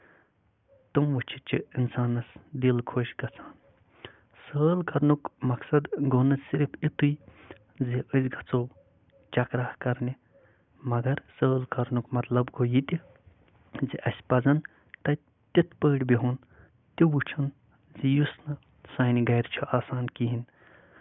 تٔمۍ وُچھِتھ چھُ اِنسانَس دِل خۄش گژھان سٲل کَرنُک مَقصد گوٚو نہٕ ضرف یِتُے زِ أسۍ گژھو چَکرا کَرنہِ مَگر سٲل کَرنُک مطلب گوٚو یہِ تہِ زِ اَسہِ پَزَن تَتہِ تِتھۍ پٲٹھۍ بِہُن تہِ وُچھُن زِ یُس نہٕ سٲہِ رِ چھُ آسان کِہیٖنۍ نہٕ